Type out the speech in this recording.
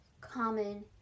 common